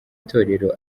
itorero